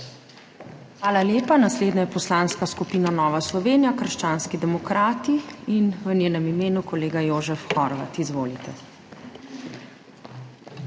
Hvala lepa. Naslednja je Poslanska skupina Nova Slovenija – krščanski demokrati, v njenem imenu kolega Jožef Horvat. Izvolite.